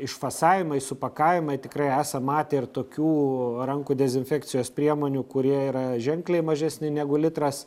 išfasavimai supakavimai tikrai esam matę ir tokių rankų dezinfekcijos priemonių kurie yra ženkliai mažesni negu litras